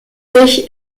sich